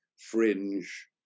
fringe